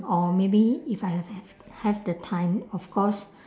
or maybe if I have have have the time of course